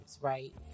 right